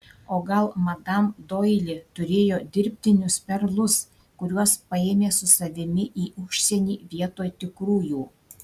o gal madam doili turėjo dirbtinius perlus kuriuos paėmė su savimi į užsienį vietoj tikrųjų